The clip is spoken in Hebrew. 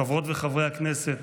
חברות וחברי הכנסת,